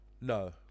no